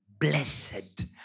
Blessed